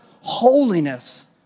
holiness